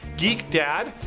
geek dad.